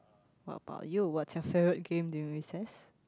what about you what's your favourite game during recess